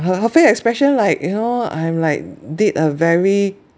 her her face expression like you know I'm like did a very